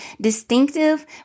distinctive